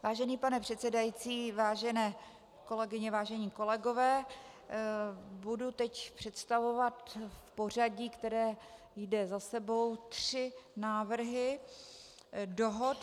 Vážený pane předsedající, vážené kolegyně, vážení kolegové, budu teď představovat v pořadí, které jde za sebou, tři návrhy dohod.